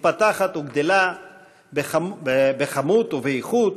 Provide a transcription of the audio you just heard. מתפתחת וגדלה בכמות ובאיכות,